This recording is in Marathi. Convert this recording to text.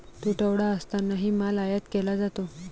तुटवडा असतानाही माल आयात केला जातो